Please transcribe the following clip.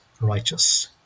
righteous